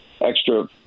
extra